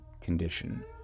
condition